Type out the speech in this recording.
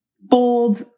bold